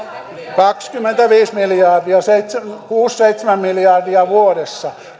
kaksikymmentäviisi miljardia kuusi viiva seitsemän miljardia vuodessa